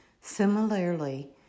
Similarly